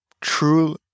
true